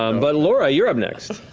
um but, laura, you're up next.